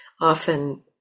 often